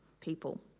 people